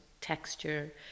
texture